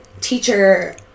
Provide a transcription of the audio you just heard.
teacher